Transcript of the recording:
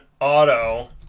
auto